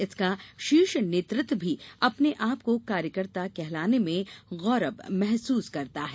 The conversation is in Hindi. इसका शीर्ष नेतृत्व भी अपने आपको कार्यकर्ता कहलाने में गौरव महसूस करता है